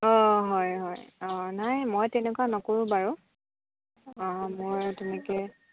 অঁ হয় হয় অঁ নাই মই তেনেকুৱা নকৰোঁ বাৰু অঁ মই তেনেকে